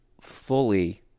fully